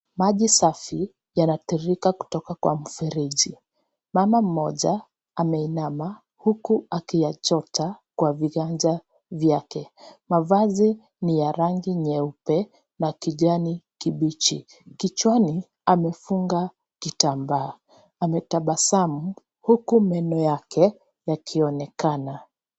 Maji safi yanatiririka kutoka kwa mfereji. Mama mmoja ameinama huku akiyachota kwa viranja vyake. Mavazi ni ya rangi nyeupe na kijani kibichi. Kichwani amefunga kitambaa. Ametabasamu huku meno yake yakionekana.